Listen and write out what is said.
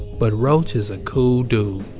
but rauch is a cool dude